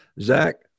Zach